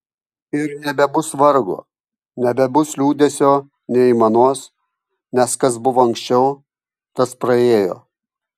ir nebebus vargo nebebus liūdesio nei aimanos nes kas buvo anksčiau tas praėjo